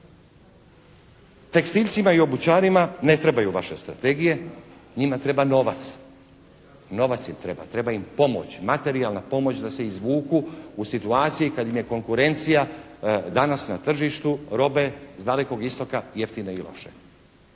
Tekstilcima i obućarima ne trebaju vaše strategije. Njima treba novac. Novac im treba. Treba im pomoć, materijalna pomoć da se izvuku u situaciji kad im je konkurencija danas na tržištu robe s Dalekog istoka jeftina i loša.